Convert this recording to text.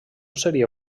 seria